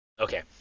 Okay